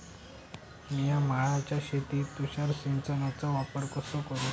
मिया माळ्याच्या शेतीत तुषार सिंचनचो वापर कसो करू?